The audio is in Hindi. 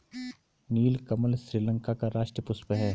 नीलकमल श्रीलंका का राष्ट्रीय पुष्प है